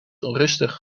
onrustig